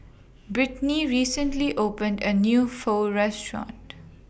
Brittnie recently opened A New Pho Restaurant